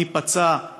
מי פצע,